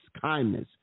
kindness